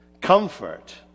Comfort